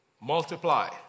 Multiply